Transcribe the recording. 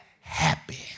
happy